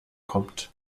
kommt